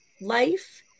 life